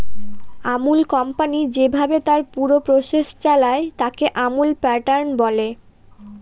Amul company যেভাবে তার পুরো প্রসেস চালায়, তাকে আমুল প্যাটার্ন বলে